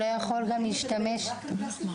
אתם מדברים רק על הפלסטיק?